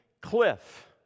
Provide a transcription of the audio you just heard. cliff